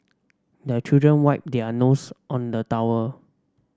the children wipe their nose on the towel